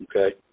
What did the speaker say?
Okay